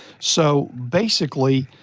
so, basically,